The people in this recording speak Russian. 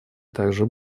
также